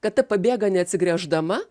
kad ta pabėga neatsigręždama